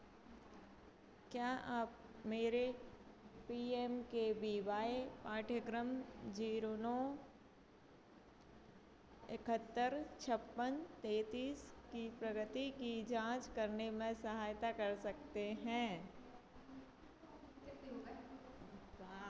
क्या आप मेरे P M K B Y पाठ्यक्रम जीरो नौ इकहत्तर छप्पन तैंतीस की प्रगति की जाँच करने में सहायता कर सकते हैं